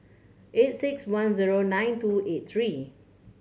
eight six one zero nine two eight three